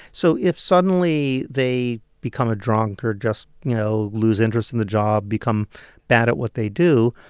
so if, suddenly, they become a drunk or just, you know, lose interest in the job, become bad at what they do,